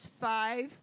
five